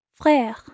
Frère